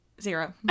Zero